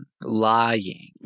Lying